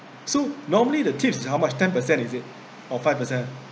so normally the tips is how much ten percent is it or five percent